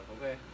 okay